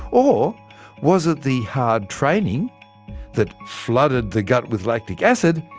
or was it the hard training that flooded the gut with lactic acid,